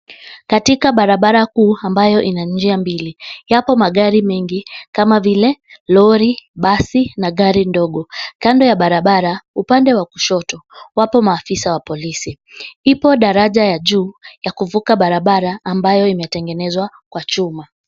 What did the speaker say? Katika barabara kuu ambayo ina njia mbili, yapo magari mengi kama vile lori, basi na gari ndogo. Kando ya barabara, upande wa kushoto, wapo maafisa wa polisi. Ipo daraja ya juu ya kuvuka barabara ambayo imetengenezwa kwa chuma.